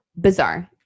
bizarre